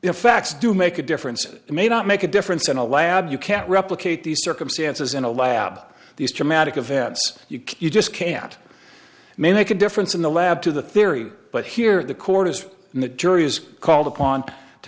effects do make a difference it may not make a difference in a lab you can't replicate the circumstances in a lab these dramatic events you can you just can't make a difference in the lab to the theory but here the court is the jury is called upon to